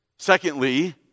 Secondly